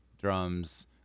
drums